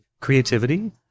creativity